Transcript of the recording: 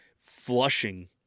flushing